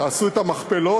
תעשו את המכפלות.